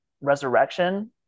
Resurrection